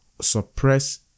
suppress